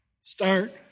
Start